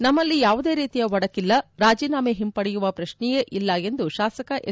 ನಮ್ಮಲ್ಲಿ ಯಾವುದೇ ರೀತಿಯ ಒಡಕಿಲ್ಲ ರಾಜೀನಾಮೆ ಹಿಂಪಡೆಯುವ ಪ್ರತ್ನೆಯೇ ಇಲ್ಲ ಎಂದು ಶಾಸಕ ಎಸ್